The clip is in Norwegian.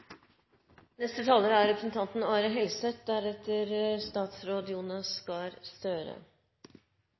Neste taler er representanten